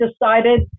decided